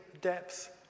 depth